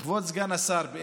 כבוד סגן השר, באמת,